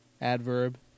adverb